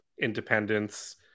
independence